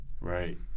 Right